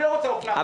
אני לא רוצה אופנה,